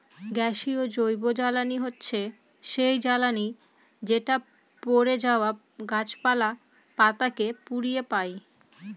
গ্যাসীয় জৈবজ্বালানী হচ্ছে সেই জ্বালানি যেটা পড়ে যাওয়া গাছপালা, পাতা কে পুড়িয়ে পাই